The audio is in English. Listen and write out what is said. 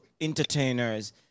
entertainers